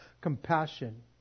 compassion